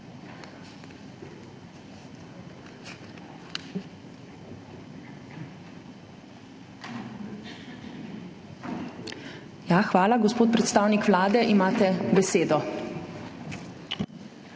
prijavo. Gospod predstavnik Vlade, imate besedo.